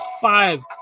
Five